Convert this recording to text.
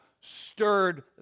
stirred